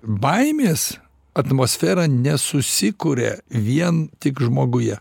baimės atmosfera nesusikuria vien tik žmoguje